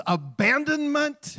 abandonment